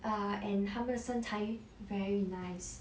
err and 他们的身材 very nice